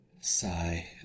Sigh